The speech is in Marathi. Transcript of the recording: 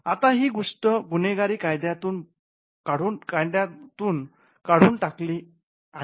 आता ही गोष्ट गुन्हेगारी कायद्यातुन मधून काढून घेतली आहे